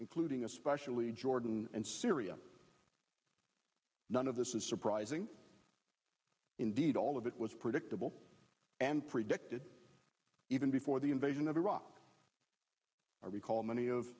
including especially jordan and syria none of this is surprising indeed all of it was predictable and predicted even before the invasion of iraq i recall many of